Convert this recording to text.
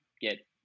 get